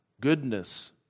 goodness